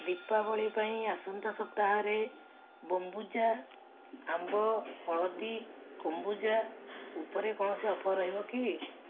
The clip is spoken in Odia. ଦୀପାବଳି ପାଇଁ ଆସନ୍ତା ସପ୍ତାହରେ ବମ୍ବୁଚା ଆମ୍ବ ହଳଦୀ କମ୍ବୁଚା ଉପରେ କୌଣସି ଅଫର୍ ରହିବ କି